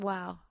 Wow